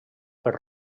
per